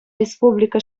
республика